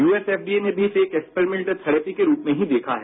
USFDA ने भी इसे एक एक्सपेरिमेंट थेरेपी के रूप में ही देखा है